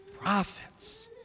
Prophets